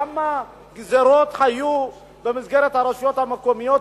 כמה גזירות היו במסגרת הרשויות המקומיות,